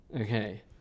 Okay